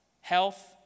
Health